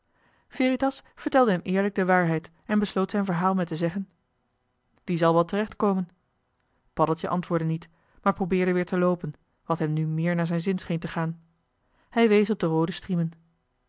vertelde hem eerlijk de waarheid en besloot zijn verhaal met te zeggen die zal wel terecht komen paddeltje antwoordde niet maar probeerde weer te loopen wat hem nu meer naar zijn zin scheen te gaan hij wees op de roode striemen